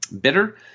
bitter